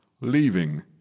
leaving